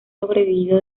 sobrevivido